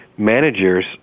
managers